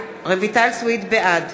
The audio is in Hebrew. בעד